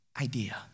idea